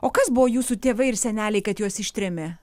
o kas buvo jūsų tėvai ir seneliai kad juos ištrėmė